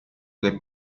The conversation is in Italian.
che